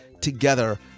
together